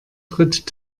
tritt